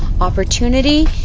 opportunity